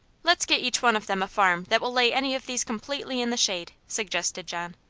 let's get each one of them a farm that will lay any of these completely in the shade, suggested john.